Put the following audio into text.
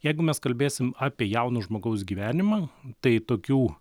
jeigu mes kalbėsim apie jauno žmogaus gyvenimą tai tokių